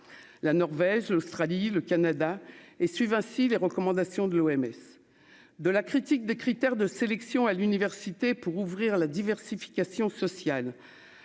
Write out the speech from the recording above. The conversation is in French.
la Norvège, l'Australie, le Canada et, suivant ainsi les recommandations de l'OMS, de la critique des critères de sélection à l'université pour ouvrir la diversification sociale